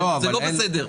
זה לא בסדר.